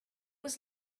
was